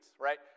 right